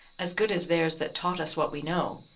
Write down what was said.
as good as theirs that taught us what we know,